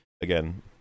again